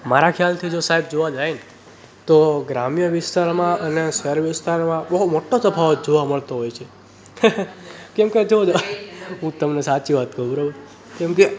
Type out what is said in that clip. મારા ખ્યાલથી જો સાહેબ જોવા જઈએ તો ગ્રામ્ય વિસ્તારોમાં અને શહેર વિસ્તારોમાં બહુ મોટો તફાવત જોવા મળતો હોય છે કેમ કે જુઓ હું તમને સાચી વાત કરું બરાબર કેમ કે